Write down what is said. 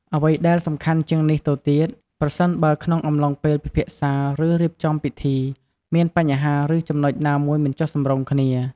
អ្វីដែលសំខាន់ជាងនេះទៅទៀត ប្រសិនបើក្នុងអំឡុងពេលពិភាក្សា ឬរៀបចំពិធី មានបញ្ហាឬចំណុចណាមួយមិនសម្រុងគ្នា។